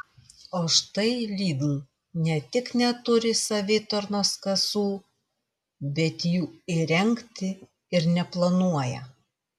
o štai lidl ne tik neturi savitarnos kasų bet jų įrengti ir neplanuoja